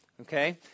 Okay